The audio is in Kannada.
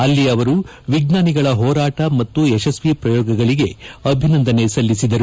ಅಲ್ಲಿ ಅವರು ವಿಜ್ವಾನಿಗಳ ಹೋರಾಟ ಮತ್ತು ಯಶಸ್ವಿ ಪ್ರಯೋಗಗಳಿಗೆ ಅಭಿನಂದನೆ ಸಲ್ಲಿಸಿದರು